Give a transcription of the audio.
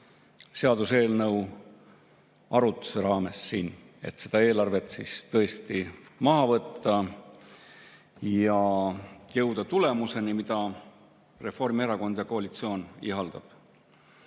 seaduseelnõu arutluse raames siin, et seda eelarvet siis tõesti maha võtta ja jõuda tulemuseni, mida Reformierakond ja koalitsioon